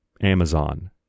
Amazon